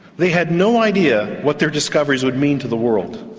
they had no idea what their discoveries would mean to the world.